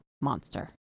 monster